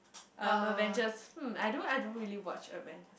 um Avengers hmm I don't I don't really watch Avengers